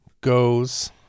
goes